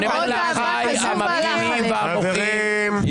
אני אומר לאחיי המפגינים והמוחים --- עוד